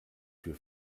für